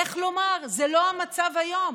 איך לומר, זה לא המצב היום.